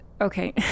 okay